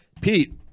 Pete